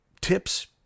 tips